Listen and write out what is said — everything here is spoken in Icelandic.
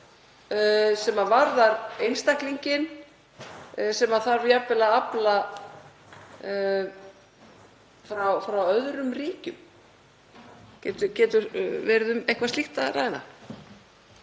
sem varða einstaklinginn, sem þarf jafnvel að afla frá öðrum ríkjum. Getur verið um eitthvað slíkt að ræða?